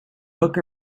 book